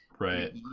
right